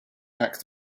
back